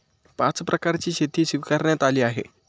पाच प्रकारची शेती स्वीकारण्यात आली आहे